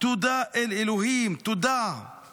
"תודה אל אלוהים, תודה";